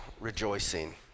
rejoicing